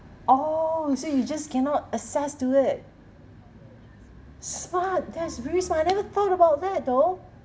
oh so you just cannot access to it smart that is very smart I never thought about that though